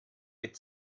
with